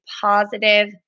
positive